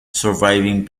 surviving